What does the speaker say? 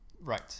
Right